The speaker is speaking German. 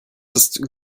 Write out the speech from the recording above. ist